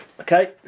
Okay